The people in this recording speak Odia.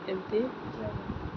ଏମିତି